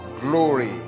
glory